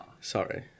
Sorry